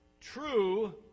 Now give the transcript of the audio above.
True